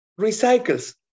recycles